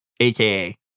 aka